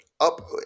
up